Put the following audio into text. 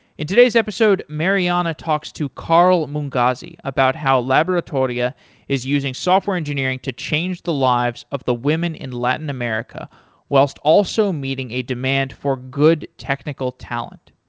in today's episode, mariana talks to carl mungazi about how laboratoria is using software engineering to change the lives of the women in latin america whilst also meeting a demand for good technical talent.